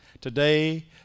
today